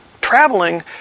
traveling